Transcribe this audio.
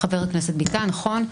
נכון.